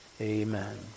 Amen